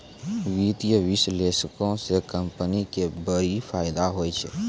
वित्तीय विश्लेषको से कंपनी के बड़ी फायदा होय छै